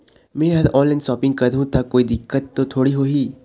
मैं हर online shopping करू ता कोई दिक्कत त थोड़ी होही?